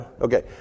okay